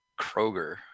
Kroger